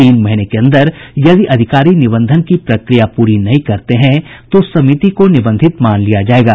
तीन महीने के अंदर यदि अधिकारी निबंधन की प्रक्रिया पूरी नहीं करते हैं तो समिति को निबंधित मान लिया जायेगा